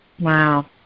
Wow